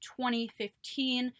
2015